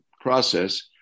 process